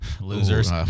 Losers